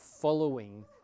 following